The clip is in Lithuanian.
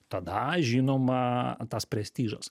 tada žinoma tas prestižas